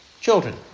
children